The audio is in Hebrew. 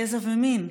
גזע ומין.